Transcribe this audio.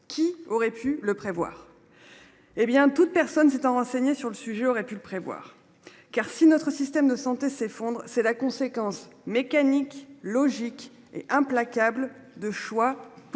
Qui aurait pu le prévoir. Eh bien toute personne s'étant renseigné sur le sujet aurait pu le prévoir. Car si notre système de santé s'effondre. C'est la conséquence mécanique logique et implacable de choix politiques